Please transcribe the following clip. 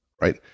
right